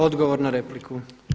Odgovor na repliku.